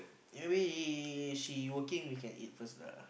maybe she working we can eat first lah